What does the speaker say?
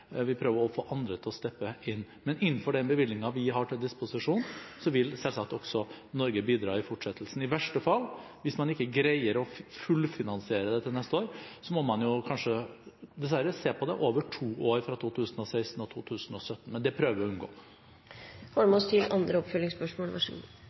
vi vil prøve å få andre til å steppe inn. Men innenfor den bevilgningen vi har til disposisjon, vil selvsagt Norge bidra også i fortsettelsen. I verste fall – hvis man ikke greier å fullfinansiere dette til neste år – må man kanskje, dessverre, se på det over to år, fra 2016 og 2017, men det prøver vi å unngå. Grunnen til